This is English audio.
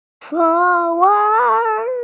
forward